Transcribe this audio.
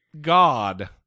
God